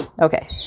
Okay